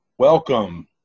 Welcome